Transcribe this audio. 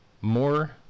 more